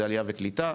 זה עלייה וקליטה,